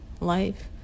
life